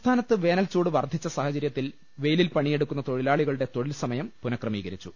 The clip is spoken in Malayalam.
സംസ്ഥാനത്ത് വേനൽചൂട് വർധിച്ച സാഹചര്യത്തിൽ വെയിലിൽ പണിയെടുക്കുന്ന തൊഴിലാളികളുടെ തൊഴിൽ സമയം പുനഃക്രമീക രിച്ചു